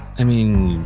i mean,